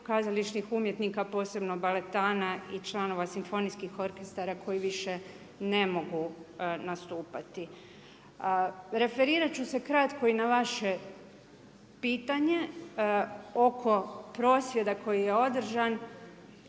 kazališnih umjetnika posebno baletana i članova simfonijskih orkestara koji više n mogu nastupati. Referirati ću se kratko i na vaše pitanje oko prosvjeda koji je održan.